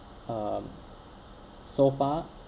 um so far